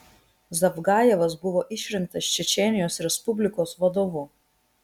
zavgajevas buvo išrinktas čečėnijos respublikos vadovu